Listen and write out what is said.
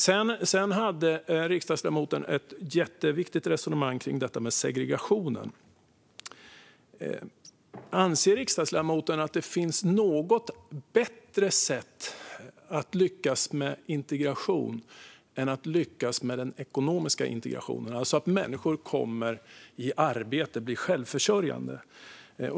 Sedan hade riksdagsledamoten ett jätteviktigt resonemang kring detta med segregationen. Anser riksdagsledamoten att det finns något bättre sätt att lyckas med integration än att lyckas med den ekonomiska integrationen och att människor kommer i arbete och blir självförsörjande?